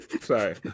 Sorry